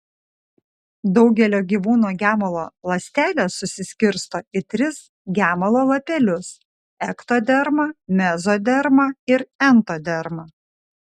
daugelio gyvūnų gemalo ląstelės susiskirsto į tris gemalo lapelius ektodermą mezodermą ir entodermą